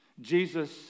Jesus